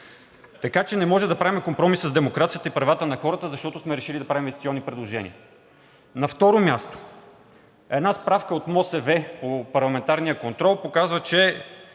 така че не можем да правим компромис с демокрацията и с правата на хората, защото сме решили да правим инвестиционни предложения. На второ място, една справка от МОСВ по парламентарния контрол показва, че